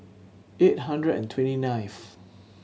eight hundred and twenty ninth